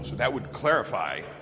that would clarify?